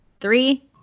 Three